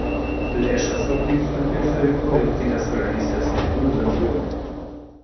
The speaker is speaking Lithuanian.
lėšas koplytstulpiui surinko jungtinės karalystės lietuvių bendruomenė